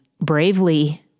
bravely